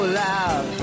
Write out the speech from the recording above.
loud